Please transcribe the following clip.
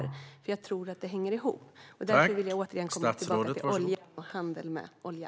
Jag tror nämligen att det hänger ihop, och därför vill jag återkomma till olja och handel med olja.